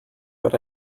but